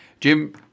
Jim